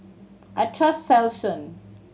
I trust Selsun